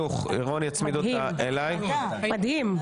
מדהים.